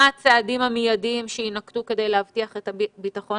מה הצעדים המיידיים שיינקטו כדי להבטיח את הביטחון